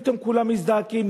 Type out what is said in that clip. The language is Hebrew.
פתאום כולם מזדעקים,